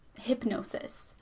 hypnosis